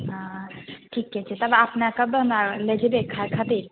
हँ ठीक कहै छियै तब अपने कब हमरा ले जेबै खाय खातिर